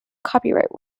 copyright